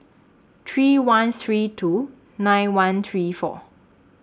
three one three two nine one three four